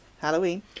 Halloween